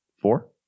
four